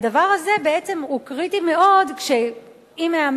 הדבר הזה הוא בעצם קריטי מאוד אם העמית,